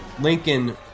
Lincoln